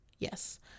Yes